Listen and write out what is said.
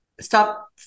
stop